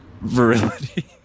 virility